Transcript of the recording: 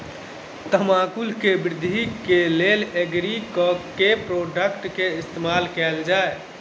तम्बाकू केँ वृद्धि केँ लेल एग्री केँ के प्रोडक्ट केँ इस्तेमाल कैल जाय?